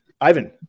Ivan